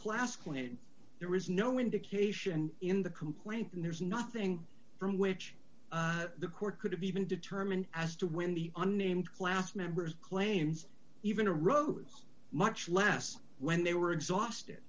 claim there is no indication in the complaint and there's nothing from which the court could have even determined as to when the unnamed class members claims even a rose much less when they were exhausted